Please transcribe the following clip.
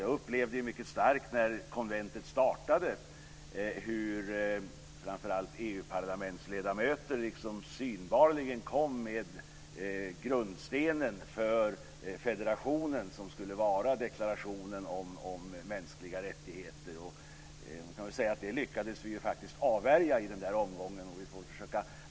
Jag upplevde mycket starkt, när konventet startade, hur framför allt EU-parlamentsledamöter synbarligen kom med grundstenen för federationen - deklarationen om mänskliga rättigheter. Det lyckades vi faktiskt avvärja den gången.